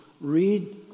read